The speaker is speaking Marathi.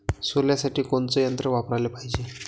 सोल्यासाठी कोनचं यंत्र वापराले पायजे?